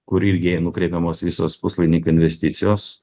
kur irgi nukreipiamos visos puslaidininkių investicijos